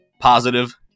positive